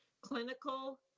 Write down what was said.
Clinical